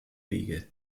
wege